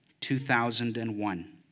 2001